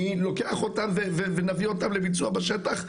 אני לוקח אותם ונביא אותם לביצוע בשטח,